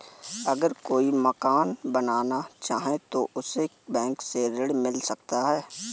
अगर कोई मकान बनाना चाहे तो उसे बैंक से ऋण मिल सकता है?